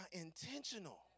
intentional